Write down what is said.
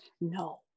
No